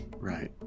Right